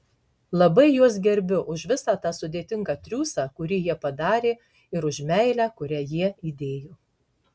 labai juos gerbiu už visą tą sudėtingą triūsą kurį jie padarė ir už meilę kurią jie įdėjo